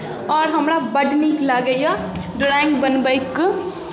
आओर हमरा बड्ड नीक लागैए ड्रॉइंग बनबैक